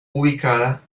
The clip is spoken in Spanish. ubicada